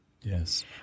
Yes